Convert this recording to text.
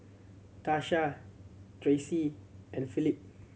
Tasha Tracie and Philip